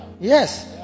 Yes